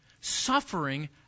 Suffering